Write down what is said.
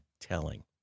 telling